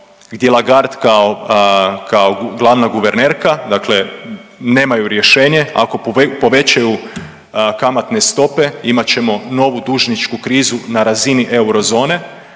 gdje Lagarde kao glavna guvernerka, dakle nemaju rješenje, ako povećaju kamatne stope, imat ćemo novu dužničku krizu na razini eurozone,